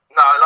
no